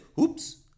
oops